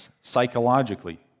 psychologically